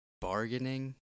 bargaining